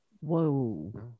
Whoa